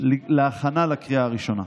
להכנה לקריאה הראשונה.